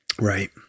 Right